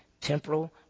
temporal